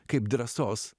kaip drąsos